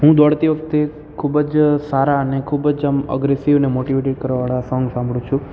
હું દોડતી વખતે ખૂબ જ સારા અને ખૂબ જ આમ અગ્રેસીવ અને મોટીવેટેડ કરવા વાળા સોંગ સાંભળું છું